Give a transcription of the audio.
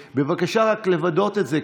בבקשה רק לוודא את זה,